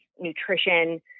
nutrition